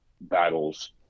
battles